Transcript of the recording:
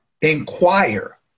inquire